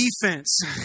defense